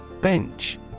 Bench